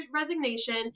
resignation